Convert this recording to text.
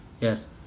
yes